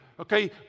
Okay